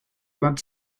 blood